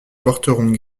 porteront